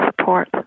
support